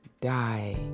die